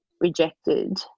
rejected